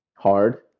hard